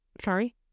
Sorry